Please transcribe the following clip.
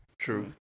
True